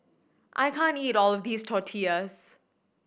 I can't eat all of this Tortillas